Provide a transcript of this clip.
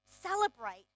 celebrate